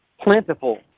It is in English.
plentiful